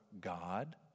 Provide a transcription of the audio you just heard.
God